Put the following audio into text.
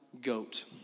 goat